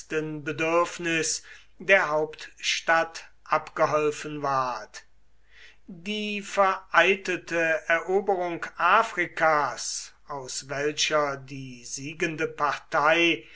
bedürfnis der hauptstadt abgeholfen ward die vereitelte eroberung afrikas aus welcher die siegende partei